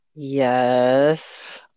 Yes